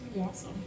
awesome